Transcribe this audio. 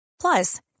Plus